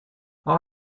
i’ll